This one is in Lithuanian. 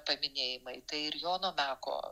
paminėjimai tai ir jono meko